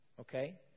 Okay